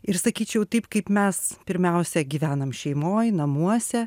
ir sakyčiau taip kaip mes pirmiausia gyvenam šeimoj namuose